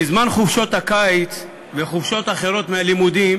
בזמן חופשות הקיץ וחופשות אחרות מהלימודים